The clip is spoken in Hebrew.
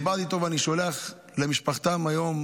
דיברתי איתו, ואני שולח למשפחתו היום